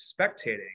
spectating